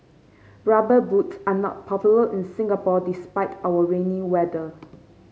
rubber boots are not popular in Singapore despite our rainy weather